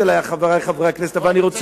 חברי חברי הכנסת, אני אתייחס אליה.